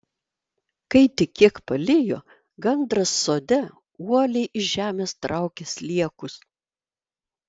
kai tik kiek palijo gandras sode uoliai iš žemės traukė sliekus